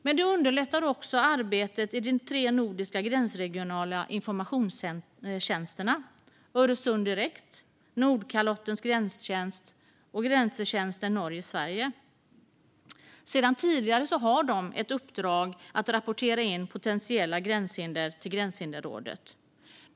Detta underlättar också arbetet i de tre nordiska gränsregionala informationstjänsterna Öresunddirekt, Nordkalottens Gränstjänst och Grensetjänsten Norge-Sverige. Sedan tidigare har de ett uppdrag att rapportera in potentiella gränshinder till Gränshinderrådet.